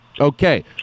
Okay